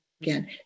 again